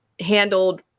handled